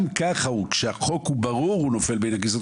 גם כך כשהחוק ברור הוא נופל בין הכיסאות